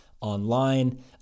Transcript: online